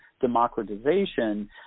democratization